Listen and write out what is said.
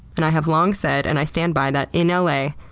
and i have long said, and i stand by, that in l a.